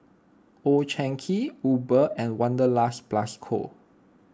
Old Chang Kee Uber and Wanderlust Plus Co